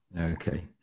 okay